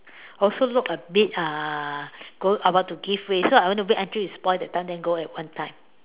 also look a bit uh go about to give way so I want to wait till it's spoiled that time then go at one time